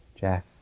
Jack